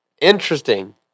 interesting